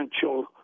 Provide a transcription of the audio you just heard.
potential